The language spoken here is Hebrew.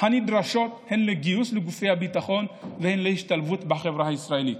הנדרשות הן לגיוס לגופי הביטחון והן להשתלבות בחברה הישראלית,